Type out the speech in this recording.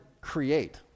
create